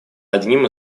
одним